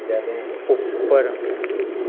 उप्पर